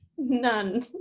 None